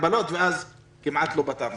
ואז כמעט לא פתרנו את זה.